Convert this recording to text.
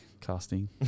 casting